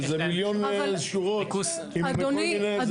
כי זה מיליון שורות עם כל מיני זה,